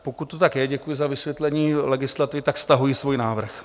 Pokud to tak je děkuji za vysvětlení legislativy tak stahuji svůj návrh.